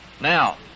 Now